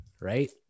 Right